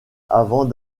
avant